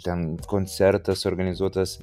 ten koncertas suorganizuotas